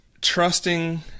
trusting